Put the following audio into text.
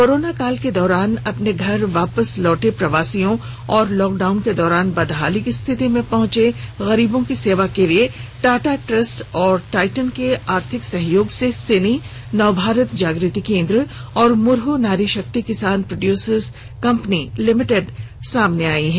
corona काल के दौरान अपने घर वापस लौटे प्रवासियों और लॉक डाउन के दौरान बदहाली की स्थिति में पहुंचे गरीबों की सेवा के लिए टाटा ट्रस्ट और टाईटन के आर्थिक सहयोग से सिनी नवभारत जागृति केंद्र और Murhu Nari Shakti Kisan producer company limited सामने आयी है